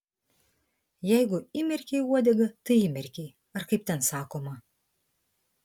jeigu įmerkei uodegą tai įmerkei ar kaip ten sakoma